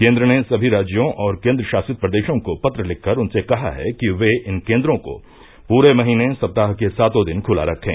केंद्र ने सभी राज्यों और केंद्रशासित प्रदेशों को पत्र लिखकर उनसे कहा है कि वे इन केंद्रों को पूरे महीने सप्ताह के सातों दिन खुला रखें